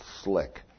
slick